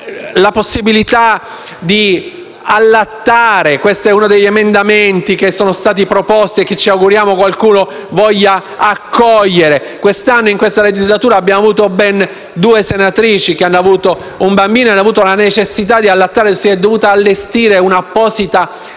la possibilità di allattare (questo è uno degli emendamenti che sono stati proposti e che ci auguriamo qualcuno voglia accogliere): in questa legislatura ben due senatrici hanno avuto un bambino e hanno avuto la necessità di allattare e si è dovuta allestire una apposita sala